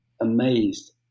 amazed